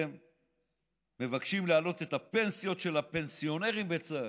בעצם מבקשים להעלות את הפנסיות של הפנסיונרים בצה"ל.